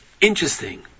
Interesting